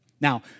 Now